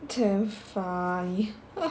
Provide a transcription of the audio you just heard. damn funny